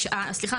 סליחה,